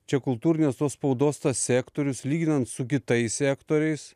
čia kultūrinės tos spaudos tas sektorius lyginant su kitais sektoriais